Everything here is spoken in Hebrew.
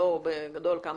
כמה